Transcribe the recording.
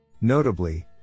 Notably